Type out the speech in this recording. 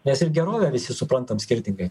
nes ir gerovę visi suprantam skirtingai